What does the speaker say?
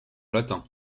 latin